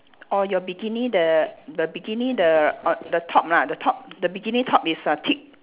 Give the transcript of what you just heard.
or your bikini the the bikini the on the top ah the top the bikini top is uh thick